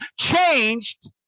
changed